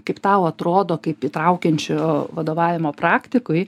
kaip tau atrodo kaip įtraukiančio vadovavimo praktikui